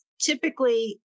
typically